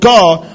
God